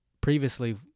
previously